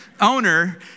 owner